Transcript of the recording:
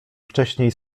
wcześniej